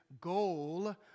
goal